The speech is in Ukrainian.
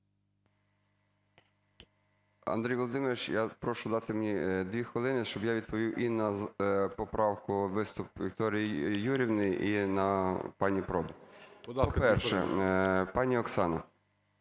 Андрій Володимирович, я прошу дати мені 2 хвилини, щоб я відповів і на поправку, виступ Вікторії Юріївни і на пані Продан. ГОЛОВУЮЧИЙ. Будь ласка.